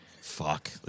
fuck